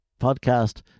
podcast